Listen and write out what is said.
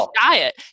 diet